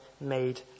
made